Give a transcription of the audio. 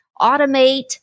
automate